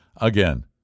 Again